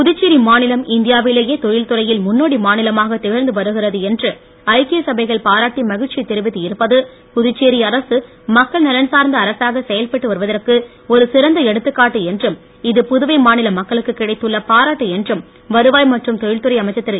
புதுச்சேரி மாநிலம் இந்தியாவிலேயே தொழில்துறையில் முன்னோடி மாநிலமாக திகழ்ந்து வருகிறது என்று ஐக்கிய சபைகள் பாராட்டி மகிழ்ச்சியை தெரிவித்து இருப்பது புதுச்சேரி அரசு மக்கள் நலன் சார்ந்த அரசாக செயல்பட்டு வருவதற்கு ஒரு சிறந்த எடுத்துக்காட்டு என்றும் இது புதுவை மாநில மக்களுக்கு கிடைத்துள்ள பாராட்டு என்றும் வருவாய் மற்றும் தொழில்துறை அமைச்சர் திரு